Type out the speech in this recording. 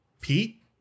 Pete